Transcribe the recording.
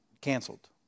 Canceled